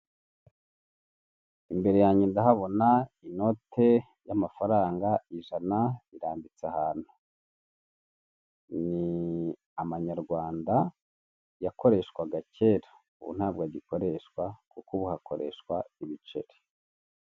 Imbere yanjye ndahabona inote y'amafaranga ijana irambitse ahantu ni amanyarwanda yakoreshwagara kera ubu ntabwo agikoreshwa kuko ubu hakoreshwa ibiceri.